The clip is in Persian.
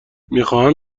میخواهم